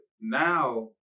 now